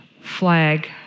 flag